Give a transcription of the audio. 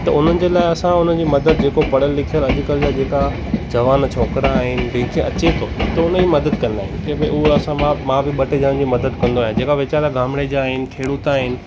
त उन्हनि जे लाइ असां उन्हनि जी मदद जेको पढ़ियलु लिखियलु अॼुकल्ह जा जेका जवान छोकिरा आहिनि जंहिंखे अचे थो त उनई मदद कंदा आहिनि की भई उहे असां मां मां बि ॿ टे ॼणनि जी मदद कंदो आहियां जेका वीचारा गामिड़े जा आहिनि खेड़ूत आहिनि